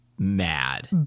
mad